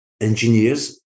engineers